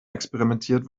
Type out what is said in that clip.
experimentiert